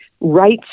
rights